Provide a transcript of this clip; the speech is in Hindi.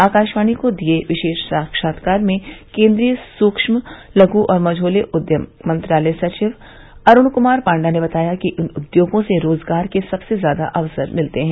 आकाशवाणी को दिये विशेष साक्षात्कार में केन्द्रीय सूक्ष्म लघु और मक्षोले उद्यम मंत्रालय सचिव अरुण कुमार पांडा ने बताया कि इन उद्योगों से रोजगार के सबसे ज्यादा अवसर मिलते हैं